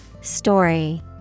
Story